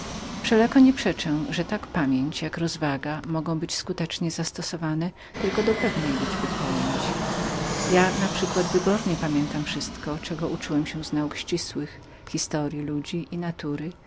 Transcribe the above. wnioski wszelako nie przeczę że tak pamięć jako rozwaga mogą być tylko skutecznie zastosowanemi do pewnej liczby pojęć ja naprzykład wybornie pamiętam wszystko czego uczyłem się z nauk ścisłych historyi ludzi i natury